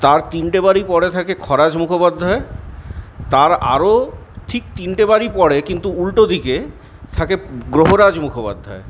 তার তিনটে বাড়ি পরে থাকে খরাজ মুখোপাধ্যায় তার আরও ঠিক তিনটে বাড়ি পরে কিন্তু উল্টো দিকে থাকে গ্রহরাজ মুখোপাধ্যায়